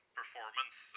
performance